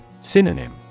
Synonym